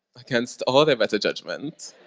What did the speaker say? against all their better judgment.